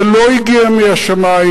זה לא הגיע מהשמים,